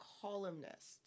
columnist